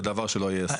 זה דבר שלא ייעשה.